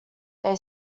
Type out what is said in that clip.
they